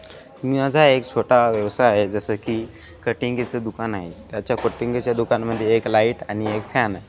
माझा एक छोटा व्यवसाय आहे जसं की कटिंगेचं दुकान आहे त्याच्या कटिंगेच्या दुकानमध्ये एक लाईट आणि एक फॅन आहे